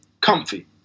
Comfy